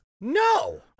No